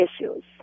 issues